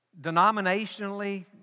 denominationally